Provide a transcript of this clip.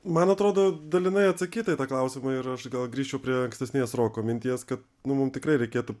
man atrodo dalinai atsakyta į tą klausimą ir aš gal grįžčiau prie ankstesnės roko minties kad nu mum tikrai reikėtų